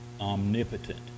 omnipotent